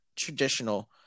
traditional